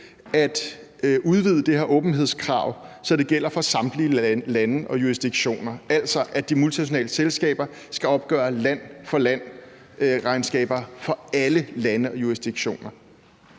at udvide det her åbenhedskrav, så det gælder for samtlige lande og jurisdiktioner, altså sådan at de multinationale selskaber land for land skal opgøre regnskaber for alle lande og jurisdiktioner.